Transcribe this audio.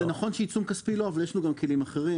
-- אז זה נכון שעיצום כספי לא אבל יש לו גם כלים אחרים,